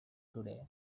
today